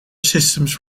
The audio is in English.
systems